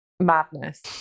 madness